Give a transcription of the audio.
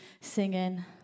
singing